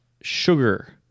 sugar